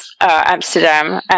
Amsterdam